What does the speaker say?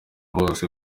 bose